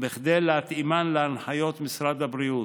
כדי להתאימן להנחיות משרד הבריאות.